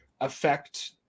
affect